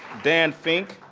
dan fink?